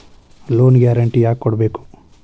Loan guarantee ಯಾಕ್ ಕೊಡ್ಬೇಕು?